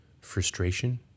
frustration